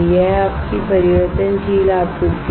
यह आपकी परिवर्तनशील आपूर्ति है